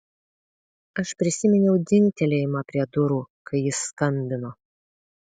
aš prisiminiau dzingtelėjimą prie durų kai jis skambino